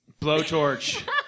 Blowtorch